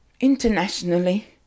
Internationally